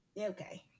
Okay